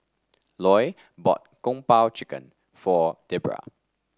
Loy bought Kung Po Chicken for Debra